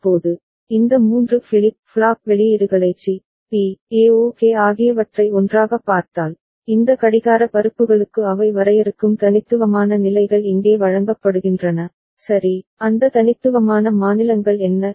இப்போது இந்த 3 flip flop வெளியீடுகளை சி பி ஏ ஓகே ஆகியவற்றை ஒன்றாகப் பார்த்தால் இந்த கடிகார பருப்புகளுக்கு அவை வரையறுக்கும் தனித்துவமான நிலைகள் இங்கே வழங்கப்படுகின்றன சரி அந்த தனித்துவமான மாநிலங்கள் என்ன